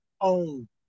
own